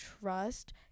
trust